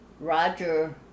Roger